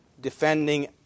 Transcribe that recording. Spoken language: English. defending